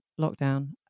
lockdown